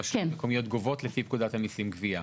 רשויות מקומיות גובות לפי פקודת המסים (גבייה).